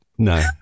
No